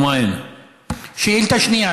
שאילתה שנייה,